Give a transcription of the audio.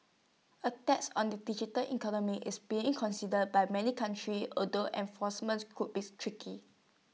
A tax on the digital economy is being considered by many countries although enforcement could be tricky